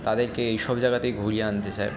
তাদেরকে এইসব জায়গাতেই ঘুরিয়ে আনতে চাই